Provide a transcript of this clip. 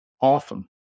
awesome